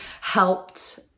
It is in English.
helped